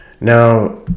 Now